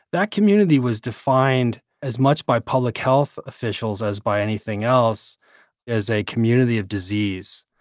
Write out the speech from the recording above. that community was defined as much by public health officials as by anything else as a community of disease.